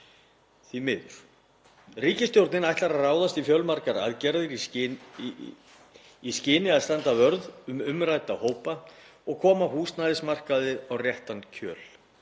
því miður. Ríkisstjórnin ætlar að ráðast í fjölmargar aðgerðir í því skyni að standa vörð um umrædda hópa og koma húsnæðismarkaði á réttan kjöl.